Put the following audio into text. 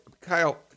Kyle